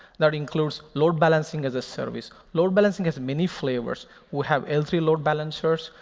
that includes load balancing as a service. load balancing has many flavors. we have l three load balancers.